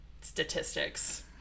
statistics